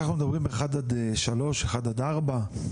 אנחנו מדברים 1-3, 1-4?